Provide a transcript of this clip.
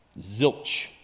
Zilch